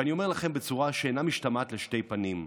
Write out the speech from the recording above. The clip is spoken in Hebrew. ואני אומר לכם בצורה שאינה משתמעת לשתי פנים: